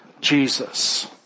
Jesus